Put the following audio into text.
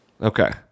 Okay